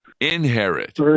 Inherit